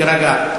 תירגע.